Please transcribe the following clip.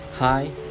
Hi